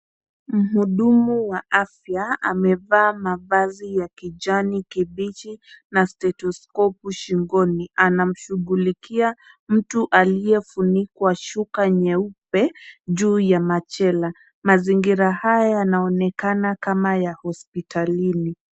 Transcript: Mhudumu wa afya amevaa mavazi ya kijani kibichi na stetoskopu shingoni. Anamshughulikia mtu aliyefunikwa shuka nyeupe juu ya machela. Mazingira haya yanaonekana kama ya hospitalini.